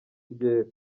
iryera